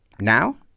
Now